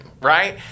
right